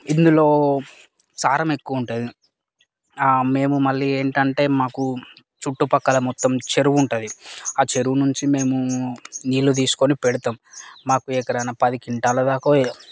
ఇందులో సారం ఎక్కువ ఉంటుంది మేము మళ్ళీ ఏంటంటే మాకు చుట్టుపక్కల మొత్తం చెరువు ఉంటుంది ఆ చెరువు నుంచి మేము నీళ్ళు తీసుకొని పెడతాం మాకు ఎకరా పది క్వింటాల దాకా యే